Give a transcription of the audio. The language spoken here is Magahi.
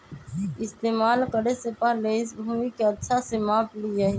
इस्तेमाल करे से पहले इस भूमि के अच्छा से माप ली यहीं